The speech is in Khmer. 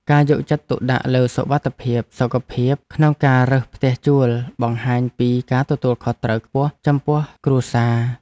ការយកចិត្តទុកដាក់លើសុវត្ថិភាពសុខភាពក្នុងការរើសផ្ទះជួលបង្ហាញពីការទទួលខុសត្រូវខ្ពស់ចំពោះគ្រួសារ។